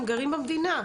הם גרים במדינה.